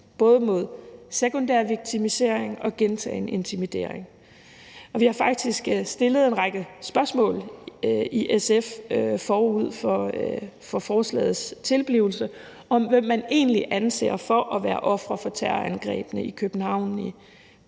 både mod sekundær viktimisering og gentagen intimidering. Vi i SF har faktisk stillet en række spørgsmål forud for forslagets tilblivelse om, hvem man egentlig anser for at være ofre for terrorangrebene i København i 2015,